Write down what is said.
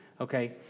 okay